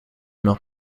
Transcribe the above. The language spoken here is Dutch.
nog